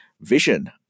vision